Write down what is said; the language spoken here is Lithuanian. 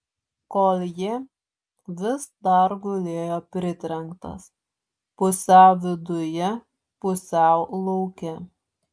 koljė vis dar gulėjo pritrenktas pusiau viduje pusiau lauke